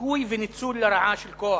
דיכוי וניצול לרעה של כוח,